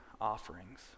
offerings